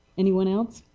any one else?